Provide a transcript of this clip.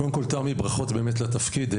תמי ברכות על התפקיד.